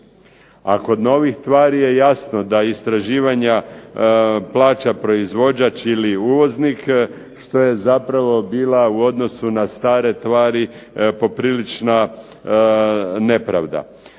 A kod novih tvari je jasno da istraživanja plaća proizvođač ili uvoznik što je zapravo bila u odnosu na stare tvari poprilična nepravda.